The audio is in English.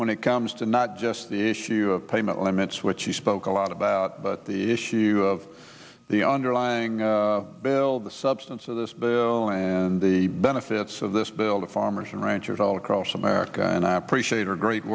when it comes to not just the issue of payment limits which she spoke a lot about but the issue of the underlying bill the substance of this bill and the benefits of this bill that farmers and ranchers all across america and i appreciate her great